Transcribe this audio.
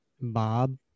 Bob